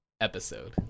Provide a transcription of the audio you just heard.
Episode